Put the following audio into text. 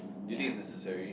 do you think it's necessary